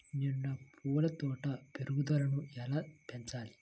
నేను నా పూల తోట పెరుగుదలను ఎలా పెంచాలి?